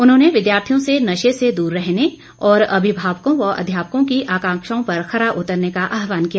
उन्होंने विद्यार्थियों से नशे से दूर रहने और अभिभावकों व अध्यापकों की आकांक्षाओं पर खरा उतरने का आहवान किया